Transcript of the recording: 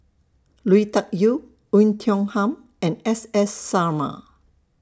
Lui Tuck Yew Oei Tiong Ham and S S Sarma